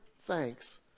thanks